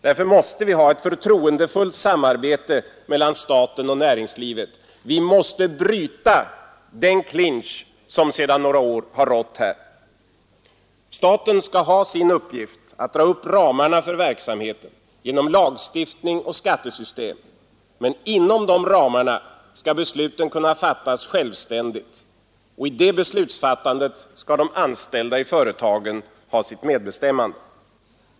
Därför måste vi ha ett förtroendefullt samarbete mellan staten och näringslivet. Vi måste bryta den clinch som sedan några år har rått här. Staten skall ha sin uppgift att dra upp ramarna för verksamheten genom lagstiftning och skattesystem men inom dessa ramar skall besluten kunna fattas självständigt, och i det beslutsfattandet skall de anställda i företagen ha sitt medbestämmande.